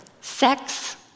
Sex